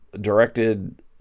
directed